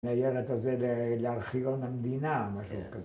‫ניירת הזה לארכיון המדינה, ‫משהו כזה.